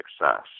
success